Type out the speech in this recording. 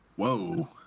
Whoa